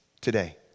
today